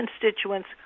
constituents